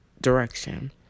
direction